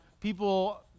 people